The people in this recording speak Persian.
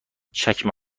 چکمه